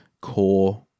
core